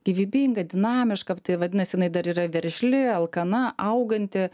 gyvybinga dinamiška tai vadinasi jinai dar yra veržli alkana auganti